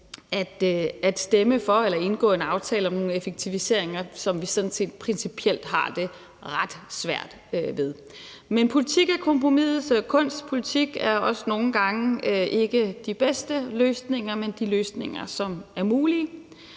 at stemme for eller indgå en aftale om nogle effektiviseringer, som vi sådan set principielt har det ret svært med. Men politik er kompromisets kunst. Politik er også nogle gange ikke de bedste løsninger, men de løsninger, som er mulige,